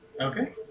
Okay